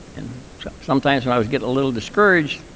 and sometimes when i was getting a little discouraged,